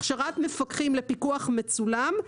הכשרת מפקחים לפיקוח מצולם,